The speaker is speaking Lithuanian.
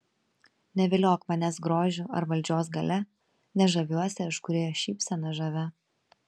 neviliok manęs grožiu ar valdžios galia nes žaviuosi aš kūrėjo šypsena žavia